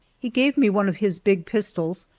he gave me one of his big pistols,